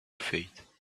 fate